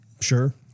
sure